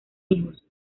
hijos